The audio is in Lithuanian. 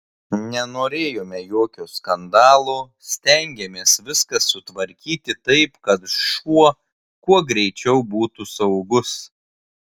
nenorėjome jokio skandalo stengėmės viską sutvarkyti taip kad šuo kuo greičiau būtų saugus